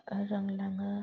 रोंलाङो